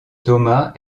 thomas